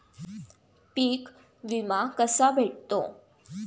पीक विमा कसा भेटतो?